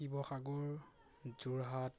Sivasagar Jorhat